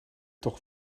toch